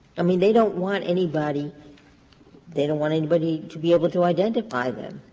i mean, they don't want anybody they don't want anybody to be able to identify them.